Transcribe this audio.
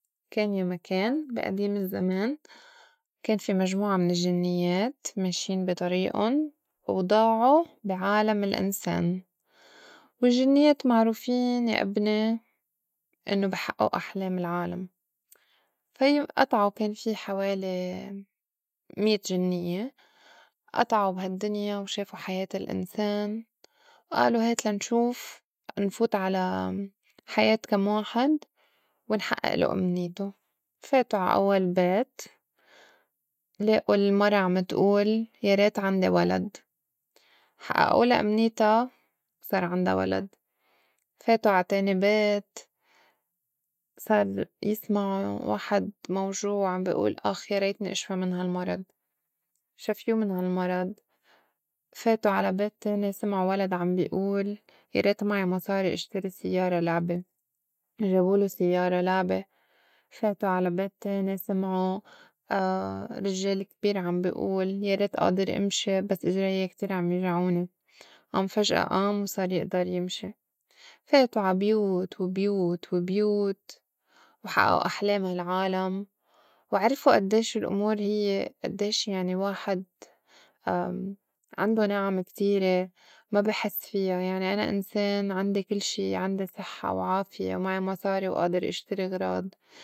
كان يا مكان بي أديم الزّمان كان في مجموعة من الجنيّات ماشين بي طريئُن و ضاعو بي عالم الإنسان والجنيّات معروفين يا إبني إنّو بي حئّئو أحلام العالم في أطعو كان في حوالي الميت جنيّة أطعو بهالدّنيا وشافو حياة الإنسان وآلو هات لنشوف نفوت على حياة كم واحد ونحئئلو أمنيتو فاتو عأوّل بيت لائو المرا عم تئول يا ريت عندي ولد حئّئولا أمنيتا وصار عندا ولد، فاتو عتاني بيت صار يسمعو واحد موجوع عم بي ئول أخ يا ريتني إشفى من هالمرض شفيو من هالمرض، فاتو على بيت تاني سمعو ولد عم بي ئول يا ريت معي مصاري إشتري سيّارة لعبة جابولو سيّارة لعبة، فاتو على بيت تاني سمعو رجّال كبير عم بي ئول يا ريت آدر إمشي بس إجري كتير عم يجعوني آم فجأة آم وصار يئدر يمشي، فاتو عا بيوت وبيوت وبيوت وحئّئو أحلام هالعالم وعرفو أدّيش الأمور هيّ أدّيش يعني واحد عندو نِعَم كتيرة ما بي حس فيا، يعني أنا إنسان عندي كل شي عندي صحّة وعافية ومعي مصاري وئادر إشتري اغراض.